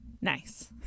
nice